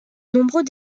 nombreux